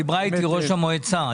דיברה איתי ראש המועצה.